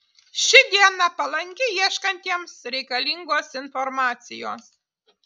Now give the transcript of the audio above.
ši diena palanki ieškantiems reikalingos informacijos